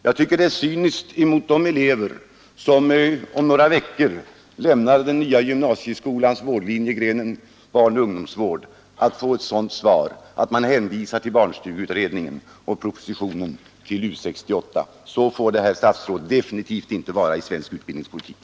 Jag tycker det är cyniskt mot de elever som om några veckor lämnar den nya gymnasieskolans vårdlinje, grenen barnoch ungdomsvård, att utbildningsministern i sitt svar hänvisar till barnstugeutredningen och i propositionen till U 68. Så får det, herr statsråd, definitivt inte vara i svensk utbildningspolitik.